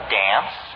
dance